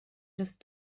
just